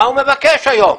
מה הוא מבקש היום?